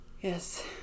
Yes